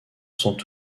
sont